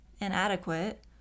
inadequate